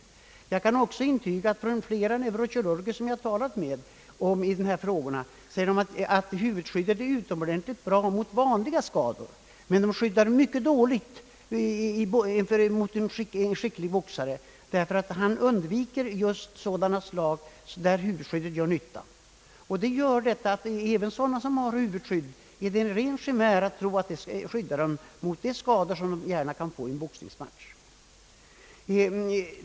Jag kan också intyga att flera neurokirurger som jag talat med i dessa frågor sagt att huvudskyddet är tillräckligt skydd mot vanliga skador, men det skyddar mycket dåligt mot en skicklig boxare, ty han undviker just sådana slag där huvudskyddet gör nytta. Det gör att det är en ren chimär alt tro att det skall skydda mot de skador som man lätt kan få i en boxningsmatch.